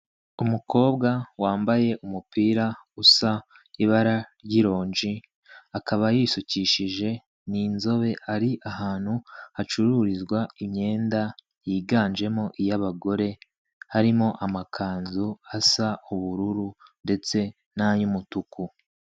Umukobwa wambaye umupira usa ibara ry'ironji, akaba yisukishije ni inzobe, ari ahantu hacururizwa imyenda yiganjemo iy'abagore, harimo amakanzu asa ubururu ndetse n'ay'umutuku.